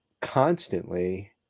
constantly